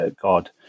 God